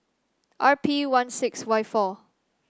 R P one six Y four